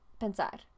pensar